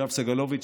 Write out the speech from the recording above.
יואב סגלוביץ',